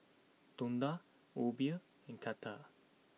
Tonda Obie and Katia